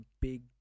big